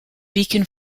beacon